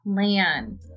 plan